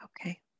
okay